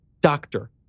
Doctor